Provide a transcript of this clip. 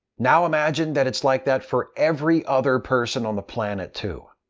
now imagine that it's like that for every other person on the planet, too.